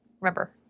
Remember